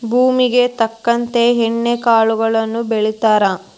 ಭೂಮುಗೆ ತಕ್ಕಂತೆ ಎಣ್ಣಿ ಕಾಳುಗಳನ್ನಾ ಬೆಳಿತಾರ